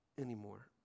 anymore